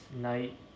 night